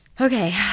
okay